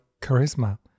charisma